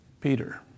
Peter